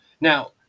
Now